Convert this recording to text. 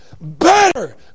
better